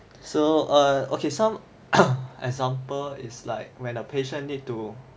so err okay some example is like when a patient need to